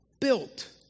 built